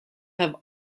have